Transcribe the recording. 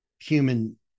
human